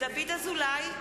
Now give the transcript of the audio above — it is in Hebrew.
דוד אזולאי,